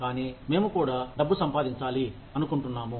కానీ మేము కూడా డబ్బు సంపాదించాలి అనుకుంటున్నాము